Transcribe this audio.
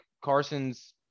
Carson's